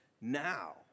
now